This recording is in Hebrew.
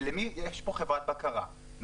יש פה חברת בקרה,